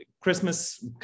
Christmas